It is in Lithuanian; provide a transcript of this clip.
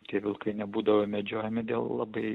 tie vilkai nebūdavo medžiojami dėl labai